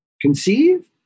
conceive